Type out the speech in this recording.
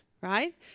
right